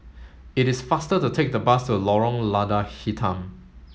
it is faster to take the bus to Lorong Lada Hitam